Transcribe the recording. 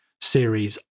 series